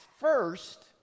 first